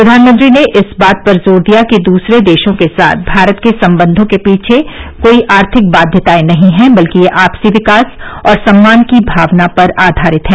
प्रधानमंत्री ने इस बात पर जोर दिया कि दूसरे देशों के साथ भारत के संबंधों के पीछे कोई आर्थिक बाध्यताएं नहीं हैं बल्कि ये आपसी विकास और सम्मान की भावना पर आधारित हैं